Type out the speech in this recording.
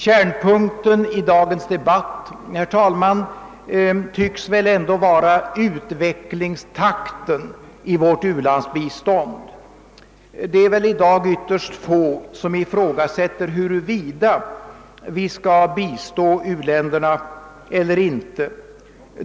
Kärnpunkten i dagens debatt, herr talman, tycks ändå vara utvecklingstakten i vårt u-landsbistånd. Det är väl i dag ytterst få som ifrågasätter, huruvida vi skall biträda u-länderna eller inte.